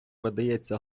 видається